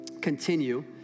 continue